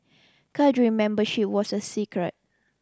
cadre membership was a secret